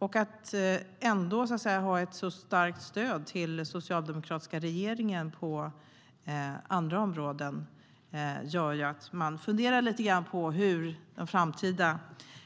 Att partiet ändå ger ett så starkt stöd till den socialdemokratiska regeringen på andra områden gör att jag funderar lite grann på hur